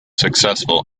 successful